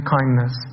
kindness